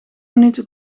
minuten